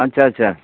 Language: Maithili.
अच्छा अच्छा